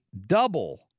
double